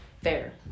Fair